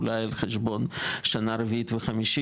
אולי על חשבון של שנה רביעית וחמישית